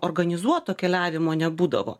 organizuoto keliavimo nebūdavo